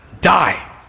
die